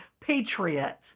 patriot